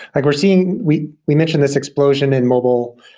like we're seeing we we mentioned this explosion in mobile,